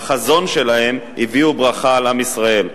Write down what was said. בחזון שלהן, הביאו ברכה על מדינת ישראל.